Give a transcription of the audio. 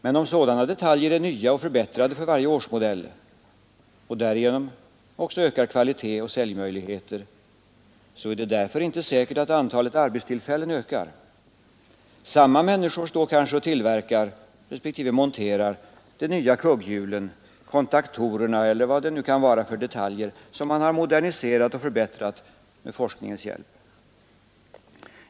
Men om sådana detaljer är nya och förbättrade för varje årsmodell och därigenom också ökar kvalitet och säljmöjligheter är det därför inte säkert att antalet arbetstillfällen ökar. Samma människor står kanske och tillverkar, respektive monterar, de nya kugghjulen, kontaktorerna eller vad det nu kan vara för detaljer som man har moderniserat och förbättrat med forskningens hjälp.